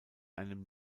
einem